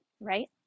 right